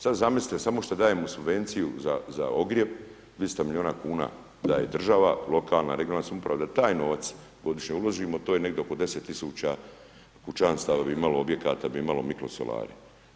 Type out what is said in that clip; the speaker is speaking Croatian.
Sad zamislite samo šta dajemo u subvenciju za ogrijev 300 milijuna kuna daje država, lokalna, regionalna samouprava da taj novac godišnje uložimo, to je negdje oko 10000 kućanstava bi imalo, objekata bi imali mikro solarij.